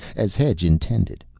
as hedge intended.